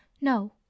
no